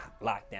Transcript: lockdown